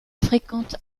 fréquente